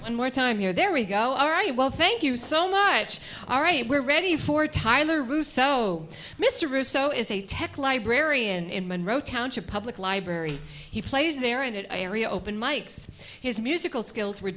one more time here there we go all right well thank you so much all right we're ready for tyler russo mr russo is a tech librarian in monroe township public library he plays there in that area open mikes his musical skills were